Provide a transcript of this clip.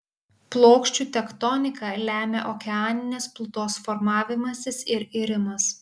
plokščių tektoniką lemia okeaninės plutos formavimasis ir irimas